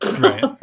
Right